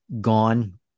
gone